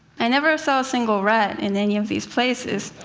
i never saw a single rat in any of these places,